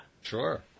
Sure